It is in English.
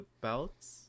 belts